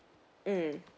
mm